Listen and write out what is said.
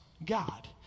God